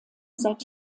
seit